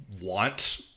want